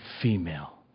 female